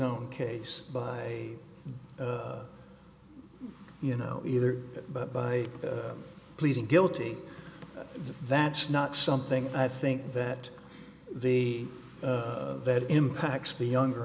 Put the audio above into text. own case by you know either but by pleading guilty that's not something i think that the that impacts the younger